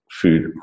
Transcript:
food